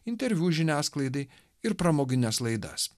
interviu žiniasklaidai ir pramogines laidas